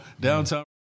downtown